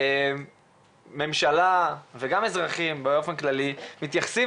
בעיני ממשלה וגם אזרחים באופן כללי מתייחסים